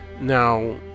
Now